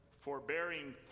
forbearing